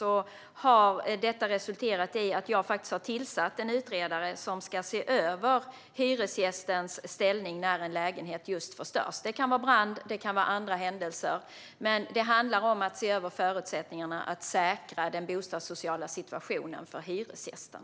Mot den bakgrunden har jag tillsatt en utredare som ska se över hyresgästens ställning när en lägenhet förstörs. Det kan vara brand eller andra händelser. Det handlar om att se över förutsättningarna för att säkra den bostadssociala situationen för hyresgästen.